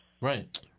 Right